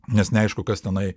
nes neaišku kas tenai